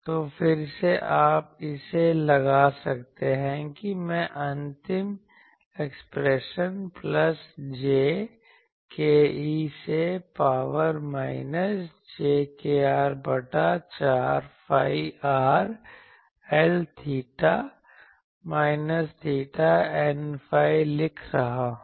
तो फिर से आप इसे लगा सकते हैं मैं अंतिम expression plus j k e से पावर माइनस j kr बटा 4 phi r L𝚹 minus theta Nϕ लिख रहा हूं